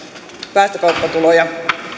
päästökauppatuloja